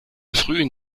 frühen